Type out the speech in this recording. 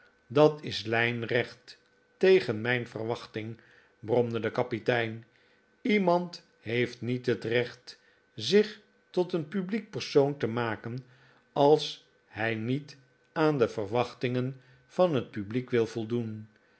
dat is lijnrecht tegen mijn verwachting bromde de kapitein iemand heeft niet het recht zich tot een publiek persoon te maken als hij niet aan de verwachtingen van het publiek wil voldoen